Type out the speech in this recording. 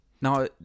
Now